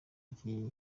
iki